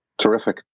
Terrific